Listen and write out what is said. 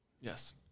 Yes